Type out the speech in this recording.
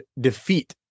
defeat